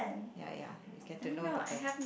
ya ya you get to know the